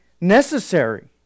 necessary